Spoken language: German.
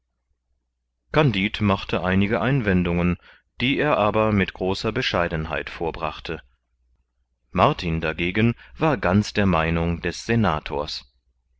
kandid machte einige einwendungen die er aber mit großer bescheidenheit vorbrachte martin dagegen war ganz der meinung des senators